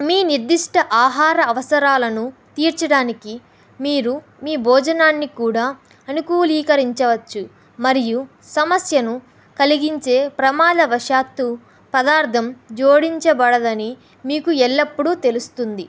మీ నిర్దిష్ట ఆహార అవసరాలను తీర్చడానికి మీరు మీ భోజనాన్ని కూడా అనుకూలికరించవచ్చు మరియు సమస్యను కలిగించే ప్రమాదవశాత్తు పదార్థం జోడించబడదని మీకు ఎల్లప్పుడూ తెలుస్తుంది